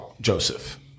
Joseph